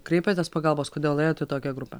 kreipiatės pagalbos kodėl ėjot į tokią grupę